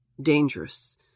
dangerous